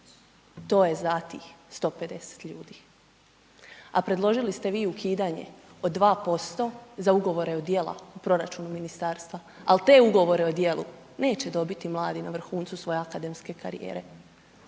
To je za tih 150 ljudi. A predložili ste vi i ukidanje od 2% za ugovore od djela u proračunu ministarstva, ali te ugovore o djelu neće dobiti mladi na vrhuncu svoje akademske karijere,